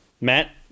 Matt